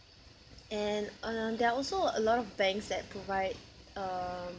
and uh there are also a lot of banks that provide um